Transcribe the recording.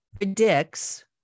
predicts